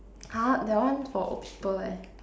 !huh! that one for old people leh